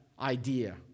idea